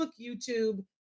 YouTube